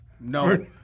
No